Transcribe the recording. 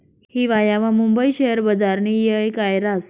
हिवायामा मुंबई शेयर बजारनी येळ काय राहस